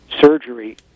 surgery